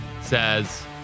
says